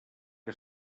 que